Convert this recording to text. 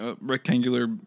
rectangular